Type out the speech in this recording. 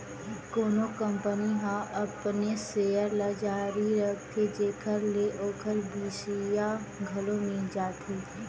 कोनो कंपनी ह अपनेच सेयर ल जारी करथे जेखर ले ओखर बिसइया घलो मिल जाथे